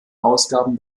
ausgaben